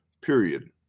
period